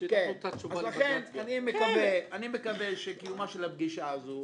לכן אני מקווה שקיומה של הפגישה הזו,